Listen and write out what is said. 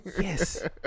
yes